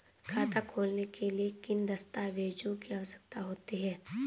खाता खोलने के लिए किन दस्तावेजों की आवश्यकता होती है?